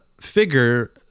figure